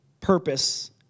purpose